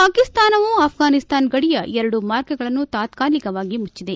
ಪಾಕಿಸ್ತಾನವು ಆಫ್ರಾನಿಸ್ತಾನ ಗಡಿಯ ಎರಡು ಮಾರ್ಗಗಳನ್ನು ತಾತ್ನಾಲಿಕವಾಗಿ ಮುಚ್ಚಿದೆ